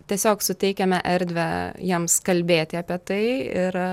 tiesiog suteikiame erdvę jiems kalbėti apie tai ir